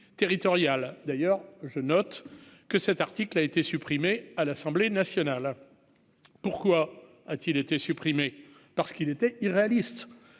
d'ailleurs, je note que cet article a été supprimé à l'Assemblée nationale, pourquoi a-t-il été supprimé parce qu'il était irréaliste,